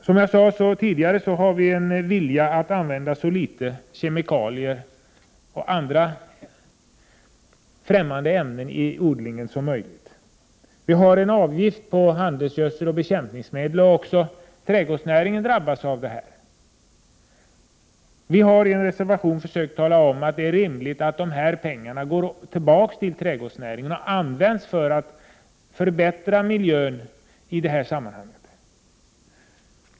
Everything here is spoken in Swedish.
Som jag sade tidigare har vi en vilja att använda så litet som möjligt av kemikalier och andra främmande ämnen i odlingen. Vi har en avgift på handelsgödsel och bekämpningsmedel. Även trädgårdsnäringen drabbas av detta. Vi har i en reservation försökt tala om att dessa pengar rimligen bör gå tillbaka till trädgårdsnäringen för att användas till att förbättra miljön.